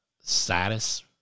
status